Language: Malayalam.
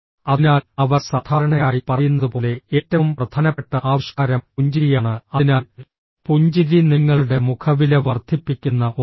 അതിനാൽ അവർ സാധാരണയായി പറയുന്നതുപോലെ ഏറ്റവും പ്രധാനപ്പെട്ട ആവിഷ്കാരം പുഞ്ചിരിയാണ് അതിനാൽ പുഞ്ചിരി നിങ്ങളുടെ മുഖവില വർദ്ധിപ്പിക്കുന്ന ഒന്നാണ്